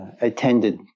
attended